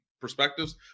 perspectives